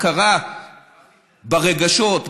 הכרה ברגשות,